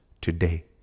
today